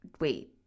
wait